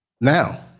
Now